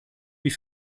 wie